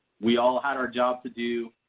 we all had our job to do.